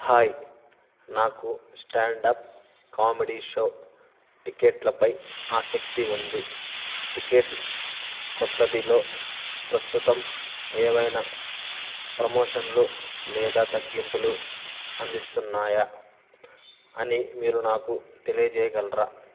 hi నాకు stand up comedy show టిక్కెట్లపై ఆసక్తి ఉంది టికెట్ కొత్తదిలో ప్రస్తుతం ఏవైనా ప్రమోషన్లు లేదా తగ్గింపులు అందిస్తున్నాయా అని మీరు నాకు తెలియజేయగలరా